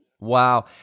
Wow